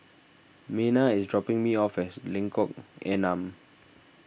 Mena is dropping me off as Lengkok Enam